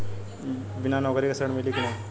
बिना नौकरी के ऋण मिली कि ना?